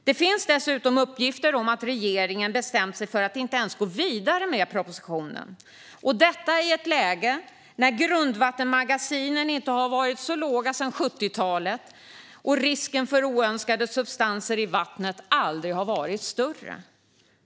Det finns dessutom uppgifter om att regeringen bestämt sig för att inte ens gå vidare med propositionen, och detta i ett läge där nivåerna i grundvattenmagasinen inte har varit så låga sedan 70-talet och risken för oönskade substanser i vattnet aldrig har varit större.